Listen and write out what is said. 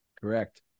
Correct